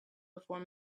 before